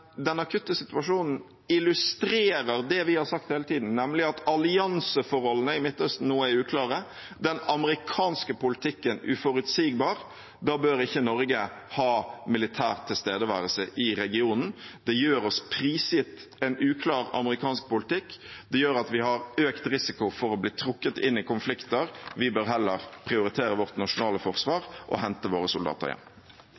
den akutte situasjonen illustrerer det vi har sagt hele tiden, nemlig at allianseforholdene i Midtøsten nå er uklare, og den amerikanske politikken er uforutsigbar. Da bør ikke Norge ha militær tilstedeværelse i regionen. Det gjør oss prisgitt en uklar amerikansk politikk, og det gjør at vi har økt risiko for å bli trukket inn i konflikter. Vi bør heller prioritere vårt nasjonale